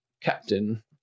Captain